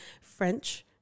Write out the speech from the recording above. French